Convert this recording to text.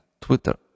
Twitter